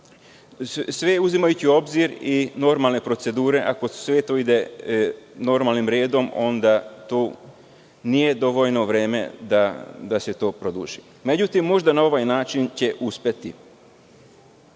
Uzimajući u obzir normalne procedure, ako sve to ide normalnim redom, onda to nije dovoljno vreme da se to produži. Međutim, možda na ovaj način će uspeti. Prvo